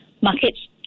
markets